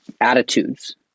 attitudes